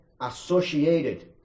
associated